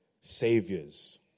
saviors